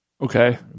Okay